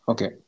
Okay